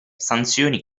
sanzioni